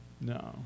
No